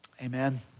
Amen